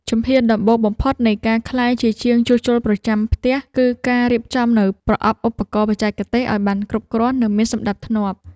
ជំហានដំបូងបំផុតនៃការក្លាយជាជាងជួសជុលប្រចាំផ្ទះ គឺការរៀបចំនូវប្រអប់ឧបករណ៍បច្ចេកទេសឱ្យបានគ្រប់គ្រាន់ និងមានសណ្តាប់ធ្នាប់។